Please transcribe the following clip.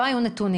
לא היו נתונים.